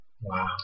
Wow